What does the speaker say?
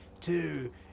two